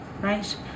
Right